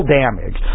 damage